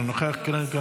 אינו נוכח.